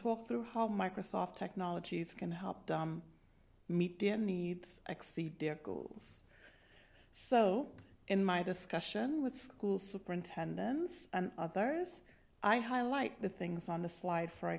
talk through how microsoft technologies can help them meet their needs exceed their goals so in my discussion with school superintendents and others i highlight the things on the slide for